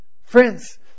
friends